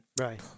Right